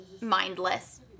mindless